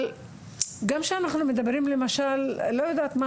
אבל גם כשאנחנו מדברים למשל ואני לא יודעת מה